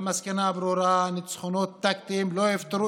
המסקנה הברורה: הניצחונות הטקטיים לא יפתרו